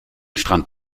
strand